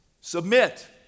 submit